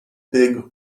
big